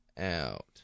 out